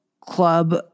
club